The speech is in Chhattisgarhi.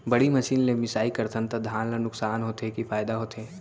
बड़ी मशीन ले मिसाई करथन त धान ल नुकसान होथे की फायदा होथे?